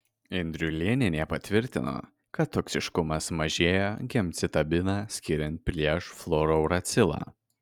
indriulėnienė patvirtino kad toksiškumas mažėja gemcitabiną skiriant prieš fluorouracilą